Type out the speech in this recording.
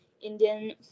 Indian